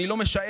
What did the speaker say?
אני לא משער,